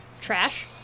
trash